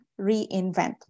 reinvent